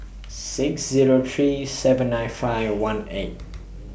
six Zero three seven nine five one eight